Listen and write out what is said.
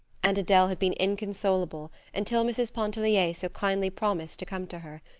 and adele had been inconsolable until mrs. pontellier so kindly promised to come to her.